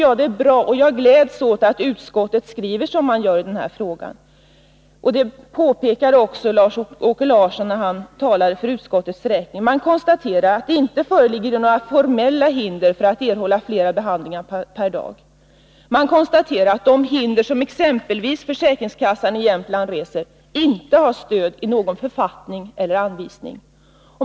Jag gläds därför åt att utskottet skriver som det gör och som vi hörde Lars-Åke Larsson redogöra för i sitt anförande. Man konstaterar att det inte föreligger några formella hinder för att erhålla flera behandlingar per dag. Man konstaterar att de hinder som exempelvis försäkringskassan i Jämtland reser inte har stöd i någon författning eller anvisning.